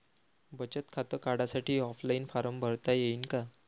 बचत खातं काढासाठी ऑफलाईन फारम भरता येईन का?